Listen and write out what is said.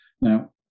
Now